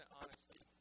honesty